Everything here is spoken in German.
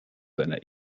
seiner